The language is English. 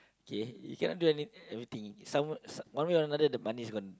okay you cannot do any anything some one way or another the money is gone